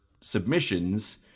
submissions